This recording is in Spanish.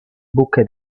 buque